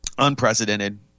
unprecedented